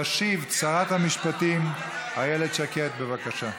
תשיב שרת המשפטים איילת שקד, בבקשה.